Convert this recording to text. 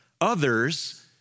Others